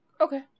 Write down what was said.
okay